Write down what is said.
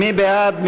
מי בעד?